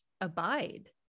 abide